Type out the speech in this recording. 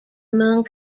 among